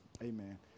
Amen